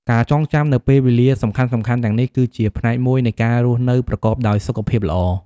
ការចងចាំនូវពេលវេលាសំខាន់ៗទាំងនេះ គឺជាផ្នែកមួយនៃការរស់នៅប្រកបដោយសុខភាពល្អ។